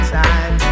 time